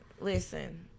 Listen